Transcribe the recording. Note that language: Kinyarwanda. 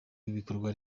w’ibikorwa